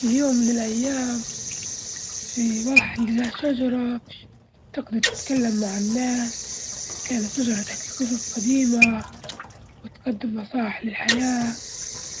في يوم من الأيام، في واحد لجى شجرة تقدر تتكلم مع الناس كانت الشجرة تحكي قصص قديمة وتقدم نصائح للحياة،